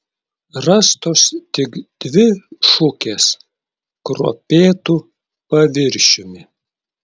rastos tik dvi šukės kruopėtu paviršiumi